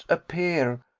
appear,